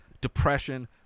depression